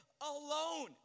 alone